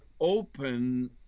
open